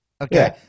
Okay